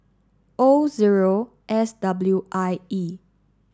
O zero S W I E